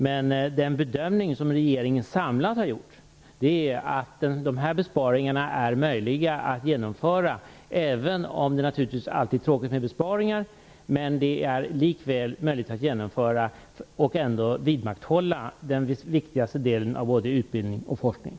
Men den samlade bedömning som regeringen har gjort är att dessa besparingar är möjliga att genomföra - även om det naturligtivs alltid är tråkigt med besparingar - och ändå vidmakthålla den viktigaste delen av både utbildning och forskning.